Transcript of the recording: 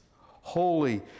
holy